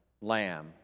lamb